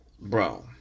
bro